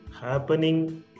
happening